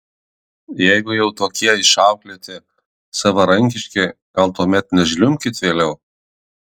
jeigu jau tokie išauklėti savarankiški gal tuomet nežliumbkit vėliau